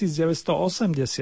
1980